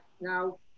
Now